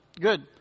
Good